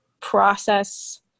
process